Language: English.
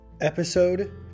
Episode